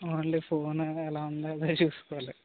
only phone ఎలా ఉందో అలా చూసుకోవాలి